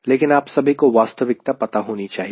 लेकिन आप सभी को वास्तविकता पता होनी चाहिए